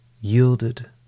yielded